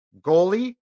Goalie